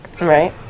Right